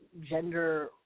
gender